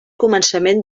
començament